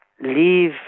leave